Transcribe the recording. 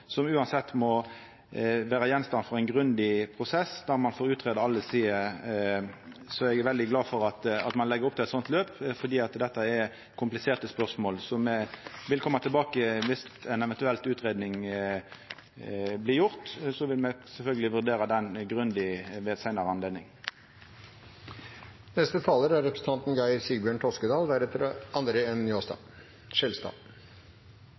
som same kva må vera gjenstand for ein grundig prosess, der ein får greidd ut alle sider. Så eg er veldig glad for at ein legg opp til eit sånt løp, fordi dette er kompliserte spørsmål som me vil koma tilbake til. Viss ei eventuell utgreiing blir gjort, vil me sjølvsagt vurdera ho grundig ved ei seinare